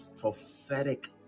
prophetic